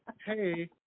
hey